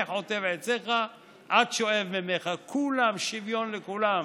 מחטב עציך עד שאב מימיך" כולם, שוויון לכולם,